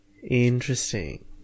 Interesting